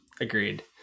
agreed